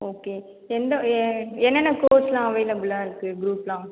okay எந்த எ என்னென்ன கோர்ஸ்லாம் அவைலபிளாக இருக்குது குரூப்லாம்